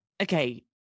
okay